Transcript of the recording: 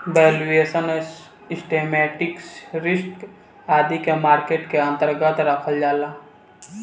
valuation, systematic risk आदि के market के अन्तर्गत रखल जाला